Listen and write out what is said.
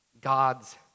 God's